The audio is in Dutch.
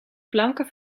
planken